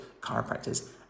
chiropractors